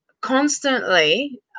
constantly